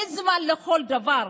יש זמן לכל דבר.